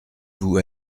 vous